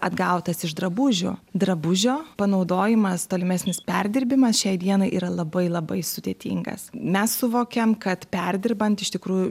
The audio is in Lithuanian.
atgautas iš drabužių drabužio panaudojimas tolimesnis perdirbimas šiai dienai yra labai labai sudėtingas mes suvokiam kad perdirbant iš tikrųjų